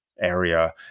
area